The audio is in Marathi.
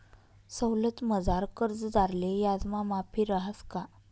सवलतमझार कर्जदारले याजमा माफी रहास का?